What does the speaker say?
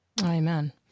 Amen